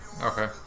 Okay